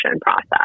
process